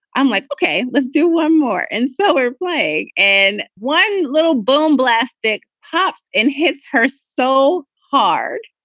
i'm like, ok, let's do one more and slower play and one little boom blast that pops and hits her so hard.